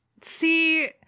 see